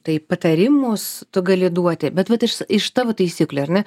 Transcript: tai patarimus tu gali duoti bet vat iš iš tavo taisyklių ar ne